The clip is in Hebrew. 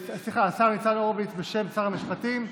בשם שר המשפטים,